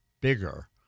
bigger